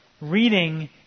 Reading